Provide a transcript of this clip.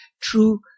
true